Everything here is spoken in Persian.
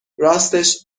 راستش